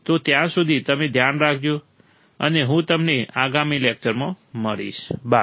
તો ત્યાં સુધી તમે ધ્યાન રાખજો અને હું તમને આગામી લેક્ચરમાં મળીશ બાય